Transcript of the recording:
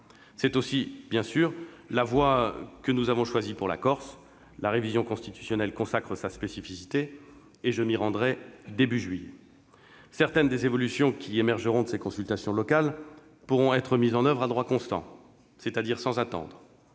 C'est aussi, bien sûr, la voie que nous avons choisie pour la Corse. La révision constitutionnelle consacre sa spécificité et je m'y rendrai début juillet. Certaines des évolutions qui émergeront de ces consultations locales pourront être mises en oeuvre à droit constant, c'est-à-dire sans attendre.